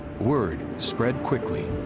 word spread quickly.